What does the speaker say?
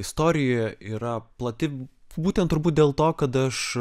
istorija yra plati būtent turbūt dėl to kad aš